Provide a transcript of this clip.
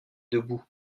debout